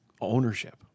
ownership